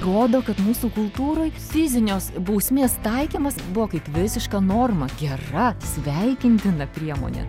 rodo kad mūsų kultūroj fizinės bausmės taikymas buvo kaip visiška norma gera sveikintina priemonė